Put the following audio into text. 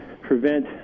prevent